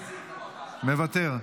מוותר,